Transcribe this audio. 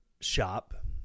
shop